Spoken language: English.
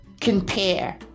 compare